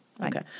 Okay